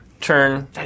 turn